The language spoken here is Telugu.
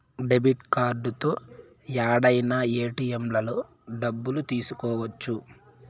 డెబిట్ కార్డుతో యాడైనా ఏటిఎంలలో డబ్బులు తీసుకోవచ్చు